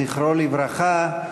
זכרו לברכה.